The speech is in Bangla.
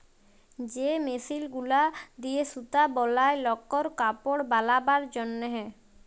যে মেশিল গুলা দিয়ে সুতা বলায় লকর কাপড় বালাবার জনহে